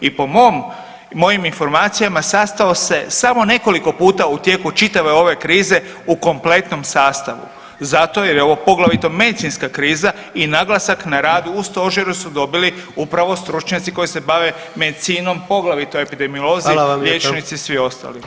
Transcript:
I po mojim informacijama sastao se samo nekoliko puta u tijeku čitave ove krize u kompletnom sastavu zato jer je ovo poglavito medicinska kriza i naglasak na rad u stožeru su dobili upravo stručnjaci koji se bave medicinom, poglavito epidemiolozi [[Upadica predsjednik: Hvala lijepa.]] liječnici i svi ostali.